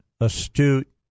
astute